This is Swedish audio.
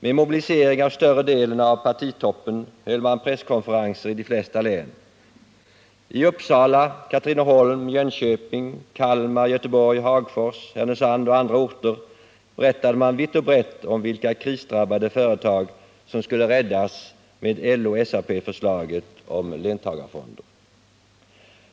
Med mobilisering av större delen av partitoppen höll man presskonferenser i de flesta län. I Uppsala, Katrineholm, Jönköping, Kalmar, Göteborg, Hagfors, Härnösand och andra orter berättade man vitt och brett om vilka krisdrabbade företag som skulle räddas med LO SAP-förslaget om löntagarfonder.